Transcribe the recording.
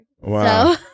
Wow